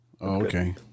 Okay